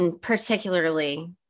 particularly